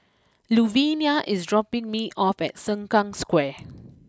Luvinia is dropping me off at Sengkang Square